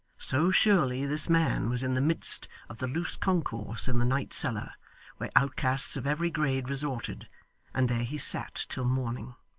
so surely this man was in the midst of the loose concourse in the night-cellar where outcasts of every grade resorted and there he sat till morning.